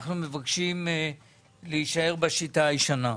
אנחנו מבקשים להישאר בשיטה הישנה.